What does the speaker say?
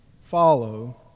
follow